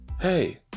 Hey